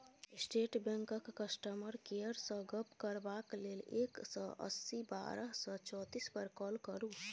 state बैंकक customer केयरसँ गप्प करबाक लेल एक सय अस्सी बारह सय चौतीस पर काँल करु